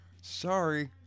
Sorry